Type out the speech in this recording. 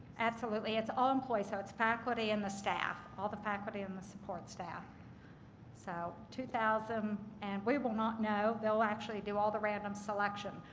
absolutely. it's all employees so it's faculty and the staff, all the faculty and the support staff so two thousand. and we will not know. they'll actually do all the random selection.